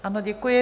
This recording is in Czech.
Ano, děkuji.